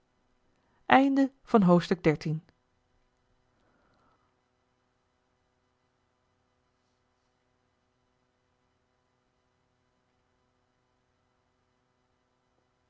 zalen van het